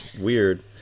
weird